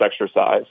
exercise